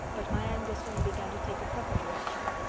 but my anger soon began to take a proper direction.